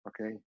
Okay